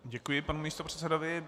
Děkuji panu místopředsedovi.